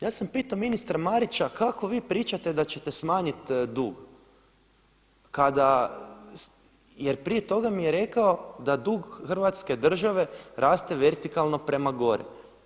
Ja sam pitao ministra Marića kako vi pričate da ćete smanjiti dug jer prije toga mi je rekao da dug Hrvatske države raste vertikalno prema gore.